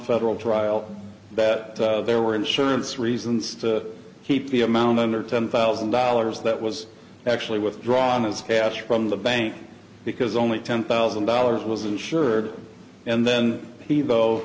federal trial that there were insurance reasons to keep the amount under ten thousand dollars that was actually withdrawn as cash from the bank because only ten thousand dollars was insured and then he though